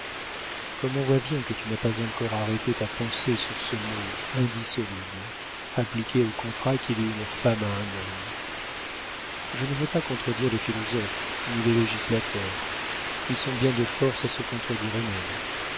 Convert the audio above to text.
comme on voit bien que tu n'as pas encore arrêté ta pensée sur ce mot indissoluble appliqué au contrat qui lie une femme à un homme je ne veux pas contredire les philosophes ni les législateurs ils sont bien de force à se contredire eux-mêmes